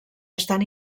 estan